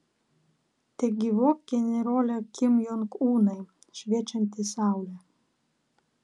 tegyvuok generole kim jong unai šviečianti saule